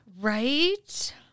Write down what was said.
Right